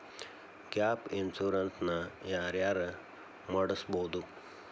Gap insurance ನ ಯಾರ್ ಯಾರ್ ಮಡ್ಸ್ಬೊದು?